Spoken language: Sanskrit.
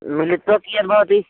मिलित्वा कियद् भवति